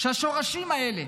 שהשורשים האלה,